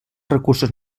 recursos